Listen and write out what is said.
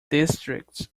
districts